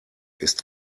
ist